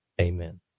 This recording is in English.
amen